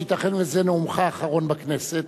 שייתכן שזה נאומך האחרון בכנסת,